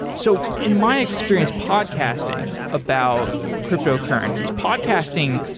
so in my experience podcasting about cryptocurrencies, podcasting,